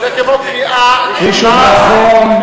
זה כמו קריאה ראשונה.